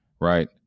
Right